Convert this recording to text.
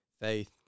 faith